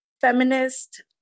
feminist